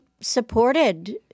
supported